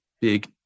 big